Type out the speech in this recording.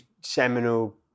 seminal